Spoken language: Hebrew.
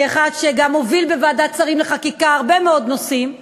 כאחד שגם הוביל בוועדת שרים לחקיקה הרבה מאוד נושאים,